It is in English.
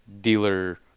dealer